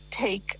take